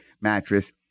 mattress